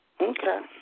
Okay